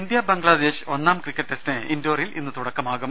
India Bangladesh ഒന്നാംക്രിക്കറ്റ് ടെസ്റ്റിന് ഇൻഡോറിൽ ഇന്ന് തുട ക്കമാകും